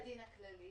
מה הדין הכללי?